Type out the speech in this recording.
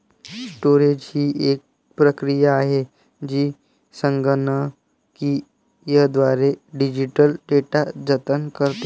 storage ही एक प्रक्रिया आहे जी संगणकीयद्वारे डिजिटल डेटा जतन करते